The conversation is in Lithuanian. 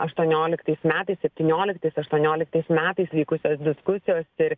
aštuonioliktais metais septynioliktais aštuonioliktais metais vykusios diskusijos ir